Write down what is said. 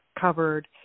covered